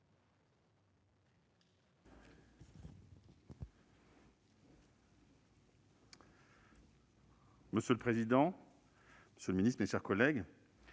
Monsieur le président, madame la ministre, mes chers collègues,